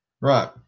Right